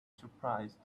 surprised